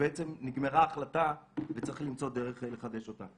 שבעצם נגמרה ההחלטה וצריך למצוא דרך לחדש אותה.